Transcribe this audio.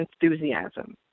enthusiasm